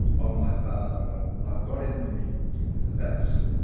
of my father i've got in me. and that's,